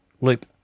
loop